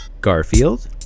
Garfield